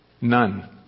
None